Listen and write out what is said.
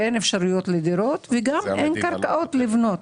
ואין אפשרויות לדירות וגם אין קרקעות לבנות.